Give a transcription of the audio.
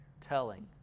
telling